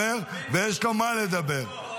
למה העלו אותו?